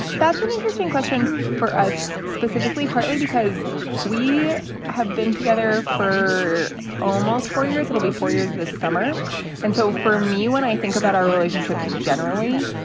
that's an interesting question for us specifically, partly because we have been together for almost four years, it'll be four years this summer and so for me, when i think about our relationship generally,